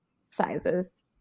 sizes